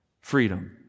freedom